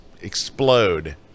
explode